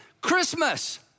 Christmas